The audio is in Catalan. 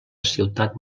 ciutat